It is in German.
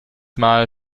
mal